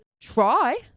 try